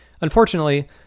Unfortunately